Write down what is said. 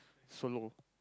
solo